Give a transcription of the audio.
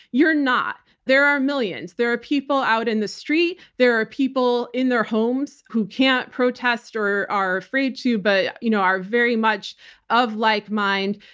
you're not. there are millions. there are people out in the street. there are people in their homes who can't protest or are afraid to, but you know are very much of like-mind.